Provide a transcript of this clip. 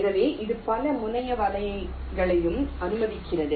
எனவே இது பல முனைய வலைகளையும் அனுமதிக்கிறது